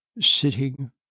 sitting